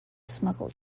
smuggled